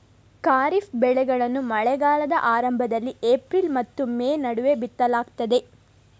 ಖಾರಿಫ್ ಬೆಳೆಗಳನ್ನು ಮಳೆಗಾಲದ ಆರಂಭದಲ್ಲಿ ಏಪ್ರಿಲ್ ಮತ್ತು ಮೇ ನಡುವೆ ಬಿತ್ತಲಾಗ್ತದೆ